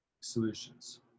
solutions